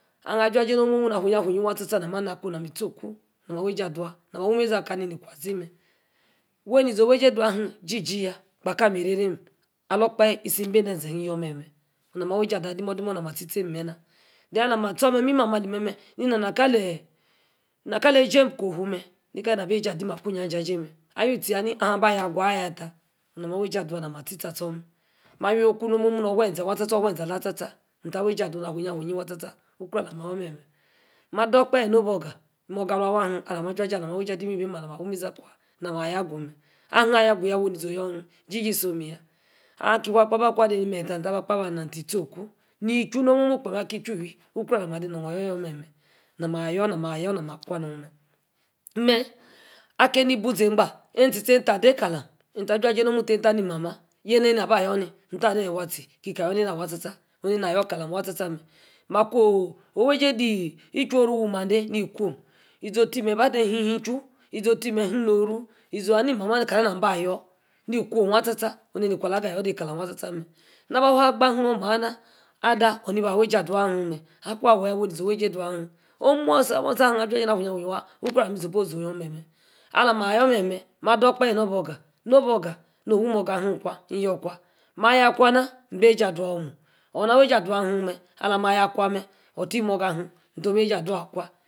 Ah-hah. aju-jie nomu. na afunyi. afuyi waa tah-tah. nami. anah akpo. namí itíe oh. oku nam. awey-ejie adaw. awí-ímeȝí aka ni. kwa-aȝi meh. wey iȝi owey-jie daw him jíĵíe yaa gbaka. ami-erey-rehim. ovor okpehe. ísim ebi ende-ofue-ȝe mah. kí yor memeh. nami awey j́ie adaw. dumu-dumu nami ator na meh. den alah mah stor meh īmimeh. ali memeh ni-nah. kalegem. ko-huu meh. nkí alah ba ejie adim ko huu meh. awiu tei yaa na. ahim aba. ayor agu. ayatah. nami awey j́íe adaw. nami. atie tsor. atsor meh. mah wi-oku. nor. ofue-eȝe. amah. tsa-tsa ntah awej́ie adu nah awiniyi waa tsa-tsa okrow alah mah. yor meh. ni-meh. mah ador okpehe nebe-orgaa. ní morga anu. awah ahim. tie namí mah. awey-j́ie adím-imimem nama awi meȝi aya-agu. aha. aya-agu yaa woyí niȝe, oh yor hinm ijije isom yaa. aka fuu akpo. aba de nimeryi. ntah aba akpo aba nah. ntíe. tie okuu ni-ehu. nomu kpem akí-yí-chu iwiy okrow abah mah. ade nor. ogo. yor meh. ní meh. namah ayor. nama ayor. onu meh. mmeh akí neh buȝi-ngba eni-tíe-tei. enka. dekalem nta aja-jie nomu-mu tah eeh ta Aaha ní-mama yeeh neni. aba yor ni. nta. aha ni ewa tie. kie ka yor. nenah waa tsa-tsa. oh na. yor kaleem ween tsa-tsa meh. ma-kwo. owe-j̄ie dey īchuí-ru wi mande ni kwom. iȝ̂e. otie meryi ba-de hun. ichu. iȝ̂í otiē meryi hun nem-noro. izi oh. haa ni mama. kamah nam aba yor. ni-kwom wah tsa-tsa. onu-nikwa ade alah ga-de kalem waan tsa-tsa meh. na ba. ifu-oh. mah-na ada awor ni ba. awey ejie adaw ahim meh. akun awor yaa. wey ní-ȝee owey jìē daw hem ní? omu-ah si musi. nn-asa jie na afuyi-afuyi waa okrow. alun. supposee oyon meh ni meh alah mah. ayor memeh. mah do-okpahe nobe-ogaa. nobe-ogaa no-owi morga. hem. nn yor kwa. mah. ayah akwa akwa nah. ebi. awey eja adaw omuu. alah ma. ayor akwa tie morga. ahim awey ejie adaw akwa